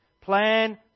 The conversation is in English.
plan